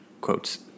quotes